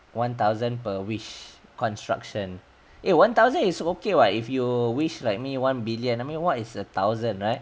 one thousand per wish construction eh one thousand is okay [what] if you wish like me one billion I mean what is a thousand right